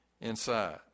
inside